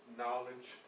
knowledge